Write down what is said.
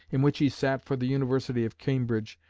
in which he sat for the university of cambridge,